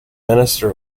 minister